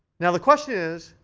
now the question is,